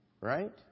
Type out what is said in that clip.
right